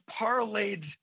parlayed